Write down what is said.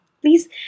please